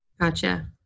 Gotcha